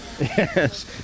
Yes